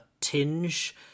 tinge